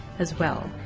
as well,